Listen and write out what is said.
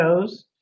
shows